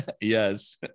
yes